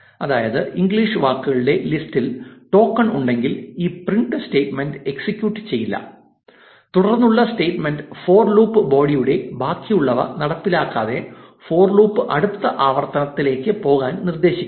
അതായത് ഇംഗ്ലീഷ് വാക്കുകളുടെ ലിസ്റ്റിൽ ടോക്കൺ ഉണ്ടെങ്കിൽ ഈ പ്രിന്റ് സ്റ്റേറ്റ്മെന്റ് എക്സിക്യൂട്ട് ചെയ്യില്ല തുടർന്നുള്ള സ്റ്റേറ്റ്മെന്റ് ഫോർ ലൂപ്പ് ബോഡി യുടെ ബാക്കിയുള്ളവ നടപ്പിലാക്കാതെ ഫോർ ലൂപ്പ് അടുത്ത ആവർത്തനത്തിലേക്ക് പോകാൻ നിർദ്ദേശിക്കുന്നു